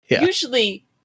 Usually